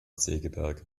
segeberg